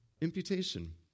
imputation